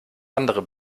andere